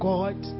God